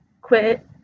quit